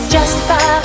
Justify